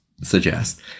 suggest